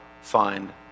find